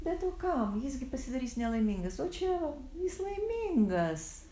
bet o kam jis gi pasidarys nelaimingas o čia jis laimingas